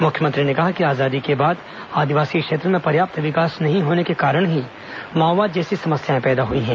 मुख्यमंत्री ने कहा कि आजादी के बाद आदिवासी क्षेत्रों में पर्याप्त विकास नहीं होने के कारण ही माओवाद जैसी समस्याएं पैदा हुई हैं